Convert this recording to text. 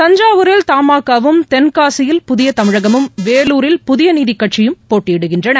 தஞ்சாவூரில் தமாகவும் தென்காசியல் புதிய தமிழகமும் வேலூரில் புதியநீதிக் கட்சியும் போட்டியிடுகின்றன